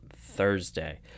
Thursday